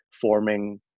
forming